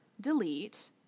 Delete